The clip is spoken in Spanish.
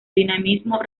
dinamismo